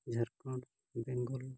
Jharkhand Bengal